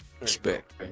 Respect